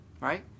right